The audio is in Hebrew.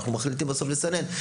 אנחנו מחליטים בסוף לסנן.